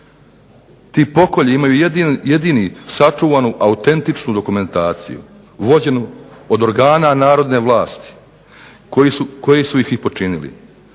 Ti pokolji imaju jedini sačuvanu autentičnu dokumentaciju vođenu od organa narodne vlasti koji su ih i počinili.